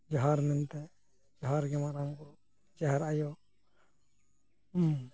ᱡᱚᱦᱟᱨ ᱢᱮᱱᱛᱮ ᱡᱚᱦᱟᱨ ᱜᱮ ᱢᱟᱨᱟᱝ ᱵᱩᱨᱩ ᱡᱟᱦᱮᱨ ᱟᱭᱩ ᱦᱩᱸ